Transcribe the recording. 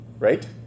right